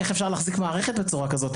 איך אפשר להחזיק מערכת בצורה כזאת?